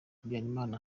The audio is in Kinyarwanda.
muhayimana